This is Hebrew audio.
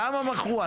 כמה מכרו?